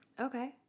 Okay